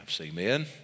Amen